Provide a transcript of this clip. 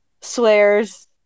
swears